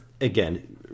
again